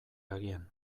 agian